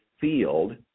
field